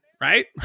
right